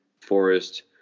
forest